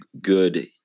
good